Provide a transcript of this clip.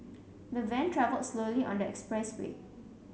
the van travelled slowly on the express way